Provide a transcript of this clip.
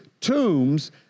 tombs